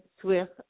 Swift